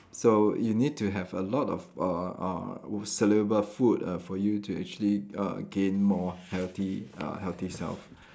so you need to have a lot of uh uh w~ soluble food uh for you to actually uh gain more healthy uh healthy self